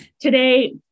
Today